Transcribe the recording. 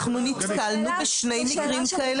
אנחנו נתקלנו בשני מקרים כאלה.